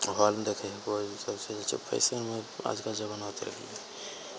हॉलमे देखय हुअ ईसब छै फैशनमे आजकल जमाना चलि गेलय